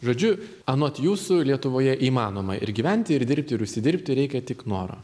žodžiu anot jūsų lietuvoje įmanoma ir gyventi ir dirbti ir užsidirbti reikia tik noro